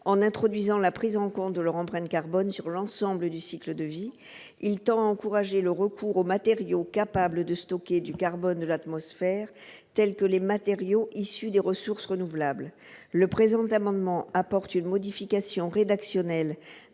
en introduisant la prise en compte de l'empreinte carbone de ceux-ci sur l'ensemble du cycle de vie. Il tend à encourager le recours aux matériaux capables de stocker du carbone de l'atmosphère, tels que les matériaux issus des ressources renouvelables. Cet amendement vise à apporter une modification rédactionnelle,